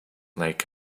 like